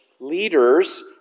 Leaders